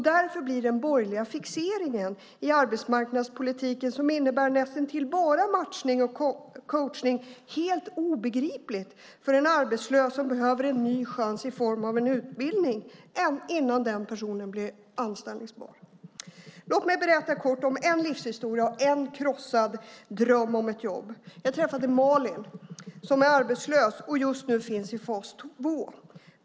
Därför blir den borgerliga fixeringen i arbetsmarknadspolitiken, som innebär näst intill bara matchning och coachning, helt obegriplig för en arbetslös som behöver en ny chans i form av en utbildning innan den personen blir anställningsbar. Låt mig berätta kort om en livshistoria och en krossad dröm om ett jobb. Jag träffade Malin som är arbetslös och just nu finns i fas 2.